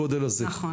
בערך.